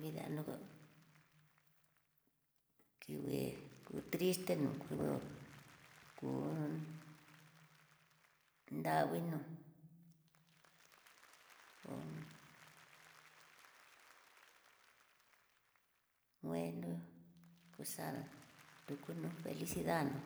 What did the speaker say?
Vida no kingué, ku triste ku, ku nranguinó ko'ó gueno kuxaá nrukunro felicidad nó,